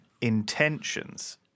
intentions